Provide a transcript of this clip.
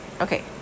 okay